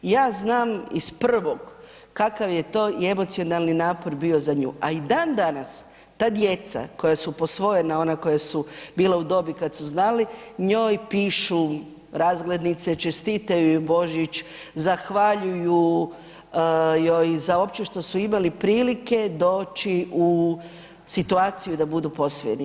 I ja znam iz prvog kakav je to i emocionalni napor bio za nju, a i dan danas ta djeca koja su posvojena ona koja su bila u dobi kad su znali njoj pišu razglednice, čestitaju joj Božić, zahvaljuju joj za opće što su imali prilike doći u situaciju da budu posvojeni.